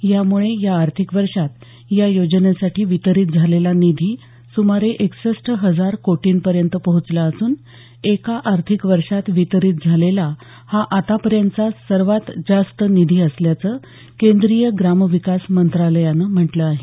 यामुळे या आर्थिक वर्षात या योजनेसाठी वितरीत झालेला निधी सुमारे एकसष्ट हजार कोटींपर्यंत पोहचला असून एका आर्थिक वर्षात वितरीत झालेला हा आतापर्यंतचा सर्वात जास्त निधी असल्याचं केंद्रीय ग्राम विकास मंत्रालयानं म्हटलं आहे